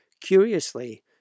Curiously